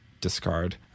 discard